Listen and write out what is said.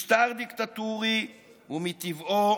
משטר דיקטטורי הוא מטבעו